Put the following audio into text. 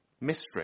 Mystery